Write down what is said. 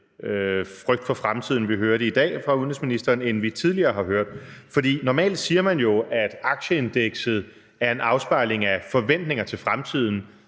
frygt for fremtiden, vi hørte i dag fra udenrigsministeren, end vi tidligere har hørt. For normalt siger man jo, at aktieindekset er en afspejling af forventninger til fremtiden